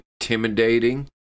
intimidating